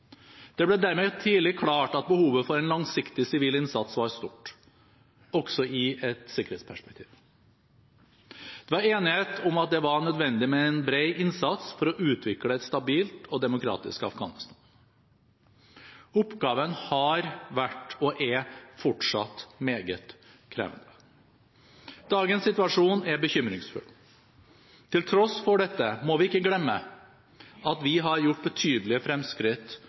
Det ble dermed tidlig klart at behovet for en langsiktig sivil innsats var stort – også i et sikkerhetsperspektiv. Det var enighet om at det var nødvendig med en bred innsats for å utvikle et stabilt og demokratisk Afghanistan. Oppgaven har vært og er fortsatt meget krevende. Dagens situasjon er bekymringsfull. Til tross for dette må vi ikke glemme at vi har gjort betydelige fremskritt